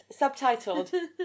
subtitled